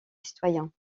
citoyens